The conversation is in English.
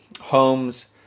homes